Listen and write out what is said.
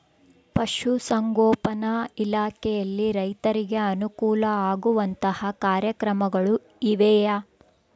ಪಶುಸಂಗೋಪನಾ ಇಲಾಖೆಯಲ್ಲಿ ರೈತರಿಗೆ ಅನುಕೂಲ ಆಗುವಂತಹ ಕಾರ್ಯಕ್ರಮಗಳು ಇವೆಯಾ?